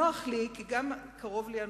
נוח לי גם כי הנושא קרוב אלי,